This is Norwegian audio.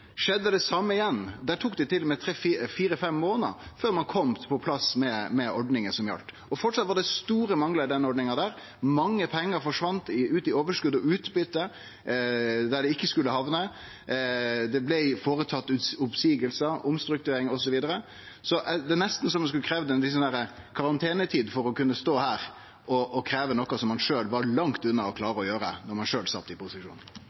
skjedde det same igjen. Da tok det til og med fire–fem månader før ein kom på plass med ordninga som gjaldt, og framleis var det store manglar i den ordninga der. Mange pengar forsvann ut i overskot og utbyte, der dei ikkje skulle hamne. Det blei føretatt oppseiingar, omstrukturering osv. Det er nesten så ein skulle ha kravd ei litt sånn karantenetid for å kunne stå her og krevje noko ein sjølv var langt unna å klare å gjere da ein sjølv var i